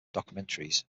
documentaries